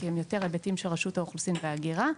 כי הם יותר היבטים של רשות האוכלוסין וההגירה.